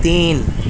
تین